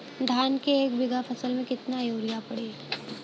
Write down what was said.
धान के एक बिघा फसल मे कितना यूरिया पड़ी?